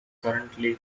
currently